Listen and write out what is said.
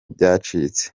byacitse